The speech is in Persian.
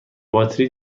باتری